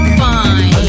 fine